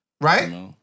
Right